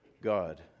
God